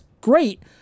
great